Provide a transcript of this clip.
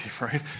right